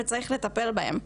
וצריך לטפל בהם.